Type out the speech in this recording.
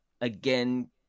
again